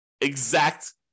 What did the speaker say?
exact